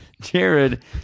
Jared